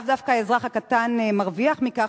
לאו דווקא האזרח הקטן מרוויח מכך,